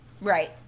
Right